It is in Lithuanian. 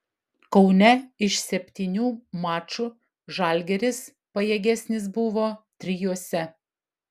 kaune iš septynių mačų žalgiris pajėgesnis buvo trijuose